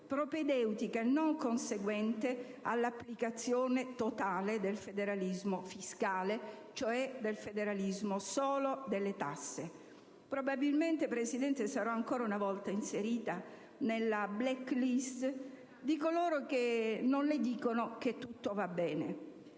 propedeutica, non conseguente, all'applicazione totale del federalismo fiscale, cioè del federalismo solo delle tasse. Probabilmente sarò ancora una volta inserita nella *black list* di coloro che non le dicono che tutto va bene.